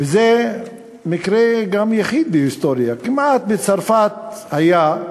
וזה גם מקרה יחיד בהיסטוריה, בצרפת כמעט היה,